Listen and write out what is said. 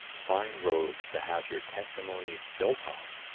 fine rogues to have your testimonies built on!